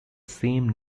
same